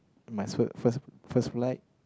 my first first first flight